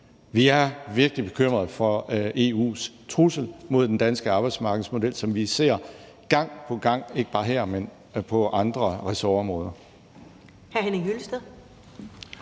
Vi er virkelig bekymrede over EU's trussel mod den danske arbejdsmarkedsmodel, som vi ser gang på gang, ikke bare her, men også på andre ressortområder.